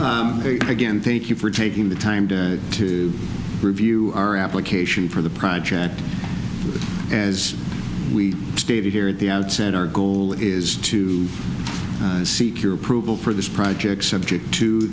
this again thank you for taking the time to review our application for the project as we stated here at the outset our goal is to seek your approval for this project subject to